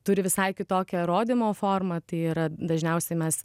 turi visai kitokią rodymo formą tai yra dažniausiai mes